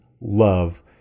love